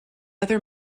other